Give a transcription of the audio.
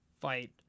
fight